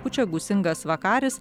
pučia gūsingas vakaris